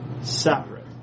separate